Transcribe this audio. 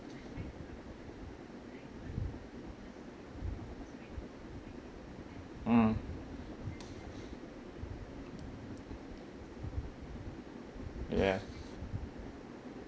mm ya